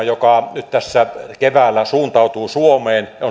joka nyt tässä keväällä suuntautuu suomeen